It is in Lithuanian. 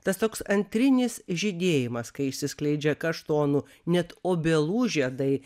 tas toks antrinis žydėjimas kai išsiskleidžia kaštonų net obelų žiedai